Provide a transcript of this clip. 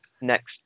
next